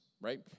right